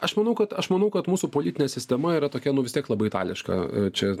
aš manau kad aš manau kad mūsų politinė sistema yra tokia nu vis tiek labai itališka čia